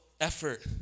effort